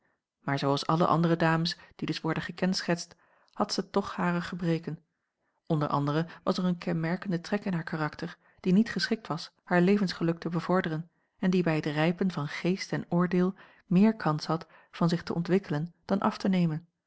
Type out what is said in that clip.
maar zooals alle andere dames die dus worden gekenschetst had ze toch hare gebreken onder anderen was er een kenmerkende trek in haar karakter die niet geschikt was haar levensgeluk te bevorderen en die bij het rijpen van geest en oordeel meer kans had van zich te ontwikkelen dan af te nemen